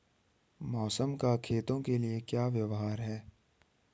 मौसम का खेतों के लिये क्या व्यवहार है?